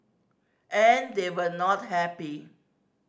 and they were not happy